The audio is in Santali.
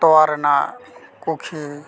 ᱛᱚᱣᱟ ᱨᱮᱱᱟᱜ ᱠᱩᱠᱷᱤ